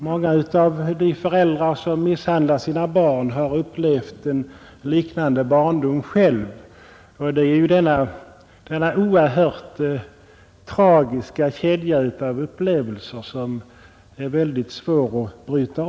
Många av de föräldrar som misshandlar sina barn har upplevt en liknande barndom själva. Denna oerhört tragiska kedja av upplevelser är svår att bryta.